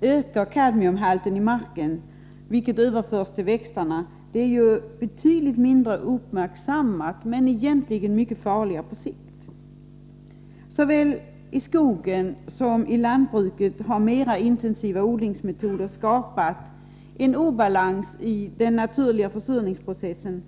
ökar kadmiumhalten i marken. Detta kadmium överförs sedan till växterna. Denna effekt är betydligt mindre uppmärksammad men egentligen mycket farligare på sikt. Såväl i skogen som i lantbruket har mer intensiva odlingsmetoder skapat en obalans i den naturliga försurningsprocessen.